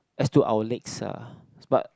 as to our legs ah but